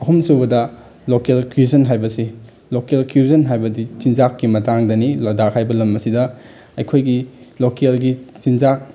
ꯑꯍꯨꯝꯁꯨꯕꯗ local cuisine ꯍꯥꯏꯕꯁꯦ local cuisine ꯍꯥꯏꯕꯗꯤ ꯆꯤꯟꯖꯥꯛꯀꯤ ꯃꯇꯥꯡꯗꯅꯤ ꯂꯗꯥꯛ ꯍꯥꯏꯕ ꯂꯝ ꯑꯁꯤꯗ ꯑꯩꯈꯣꯏꯒꯤ ꯂꯣꯀꯦꯜꯒꯤ ꯆꯤꯟꯖꯥꯛ